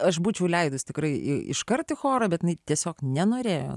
aš būčiau leidus tikrai iškart į chorą bet ne tiesiog nenorėjo